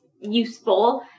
useful